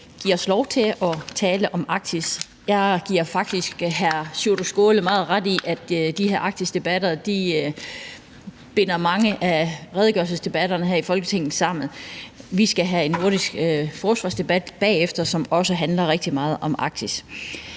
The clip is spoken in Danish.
give os lov til at tale om Arktis. Jeg giver faktisk hr. Sjúrður Skaale meget ret i, at de her Arktisdebatter binder mange af redegørelsesdebatterne her i Folketinget sammen. Vi skal have en debat om det nordiske forsvar bagefter, som også handler rigtig meget om Arktis.